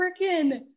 freaking